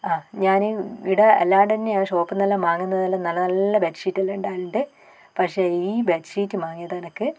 ആ ഞാൻ ഇവിടെ എല്ലാം തന്നെയാണ് ഷോപ്പിന്ന് വാങ്ങുന്നത് എല്ലാം നല്ല നല്ല ബെഡ്ഷീറ്റ് എല്ലാം ഉണ്ടാവലുണ്ട് പക്ഷേ ഈ ബെഡ്ഷീറ്റ് വാങ്ങിയത് എനിക്ക്